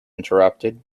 interrupted